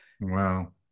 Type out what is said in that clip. Wow